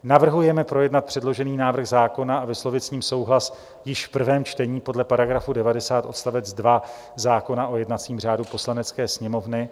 Navrhujeme projednat předložený návrh zákona a vyslovit s ním souhlas již v prvém čtení podle § 90 odst. 2 zákona o jednacím řádu Poslanecké sněmovny.